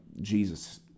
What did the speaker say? Jesus